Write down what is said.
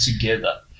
together